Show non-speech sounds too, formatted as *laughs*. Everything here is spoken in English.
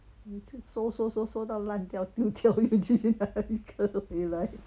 每次收收收收都烂掉丢掉 *laughs* 又去哪一颗回来:you na yi ke hui lai